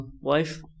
wife